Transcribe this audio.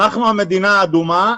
אנחנו המדינה האדומה,